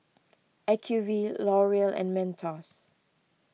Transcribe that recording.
Acuvue L'Oreal and Mentos